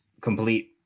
complete